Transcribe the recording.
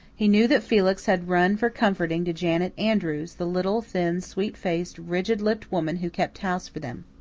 he knew that felix had run for comforting to janet andrews, the little, thin, sweet-faced, rigid-lipped woman who kept house for them.